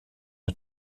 are